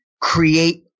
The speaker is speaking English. create